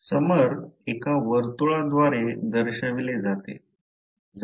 समर एका वर्तुळ द्वारे दर्शविले जाते